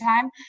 time